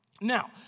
Now